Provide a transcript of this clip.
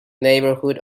neighbourhood